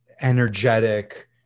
energetic